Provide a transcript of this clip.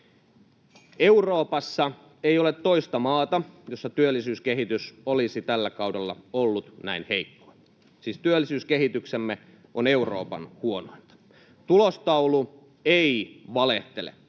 Euroopassa ei ole toista maata, jossa työllisyyskehitys olisi tällä kaudella ollut näin heikkoa, siis työllisyyskehityksemme on Euroopan huonointa. Tulostaulu ei valehtele.